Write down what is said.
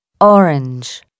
orange